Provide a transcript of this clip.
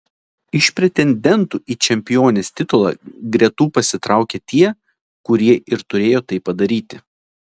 iš pretendentų į čempionės titulą gretų pasitraukė tie kurie ir turėjo tai padaryti